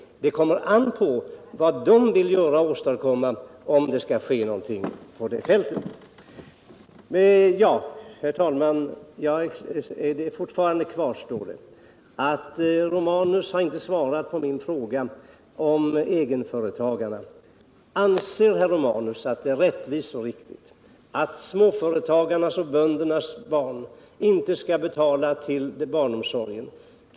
Det kommer an på vad regeringen vill göra om det skall ske någonting på detta fält. Herr talman! Fortfarande kvarstår att herr Romanus inte svarat på min fråga om egenföretagarna. Anser herr Romanus att det är rättvist och riktigt att småföretagarnas och böndernas barn inte skall betala till barnomsorgen?